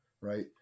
Right